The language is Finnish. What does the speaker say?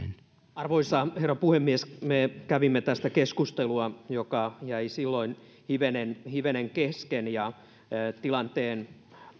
arvoisa herra puhemies me kävimme tästä keskustelua joka jäi silloin hivenen hivenen kesken tilanteen